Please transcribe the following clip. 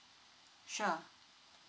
sure